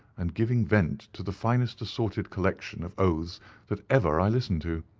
and giving vent to the finest assorted collection of oaths that ever i listened to.